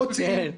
מוציאים,